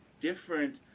different